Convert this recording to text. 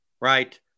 Right